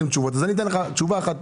תשובות אבל אני אתן לך תשובה אח,